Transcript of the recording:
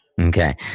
Okay